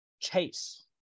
chase